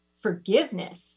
forgiveness